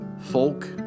folk